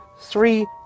three